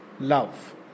Love